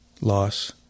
loss